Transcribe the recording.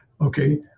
okay